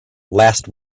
last